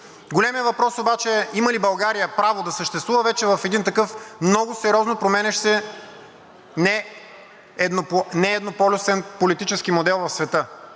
Големият въпрос е има ли България право да съществува вече в един такъв много сериозно променящ се нееднополюсен политически модел в света.